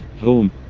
home